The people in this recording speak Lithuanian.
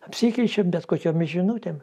apsikeičiam bet kokiom žinutėm